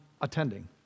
attending